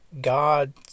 God